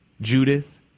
Judith